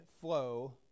flow